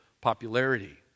popularity